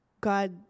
God